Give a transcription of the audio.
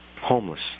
homeless